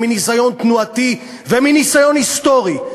מניסיון תנועתי ומניסיון היסטורי,